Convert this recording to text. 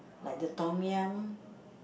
like the Tom-Yum